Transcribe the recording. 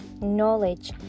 knowledge